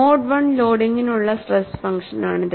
mode 1 ലോഡിങ്ങിനുള്ള stress ഫംഗ്ഷനാണിത്